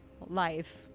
life